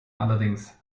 allerdings